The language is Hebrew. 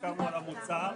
אני פשוט אתן הסבר קצר.